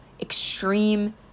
extreme